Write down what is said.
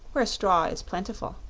where straw is plentiful.